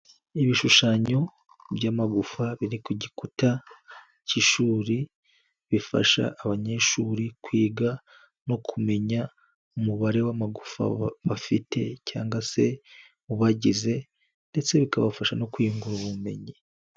Ibishushanyo by'amagufa biri ku gikuta cy'ishuri, bifasha abanyeshuri kwiga no kumenya umubare w'amagufa bafite cyangwa se mu ubagize ndetse bikabafasha no kwyungura ubumenyi.